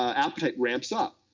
appetite ramps up.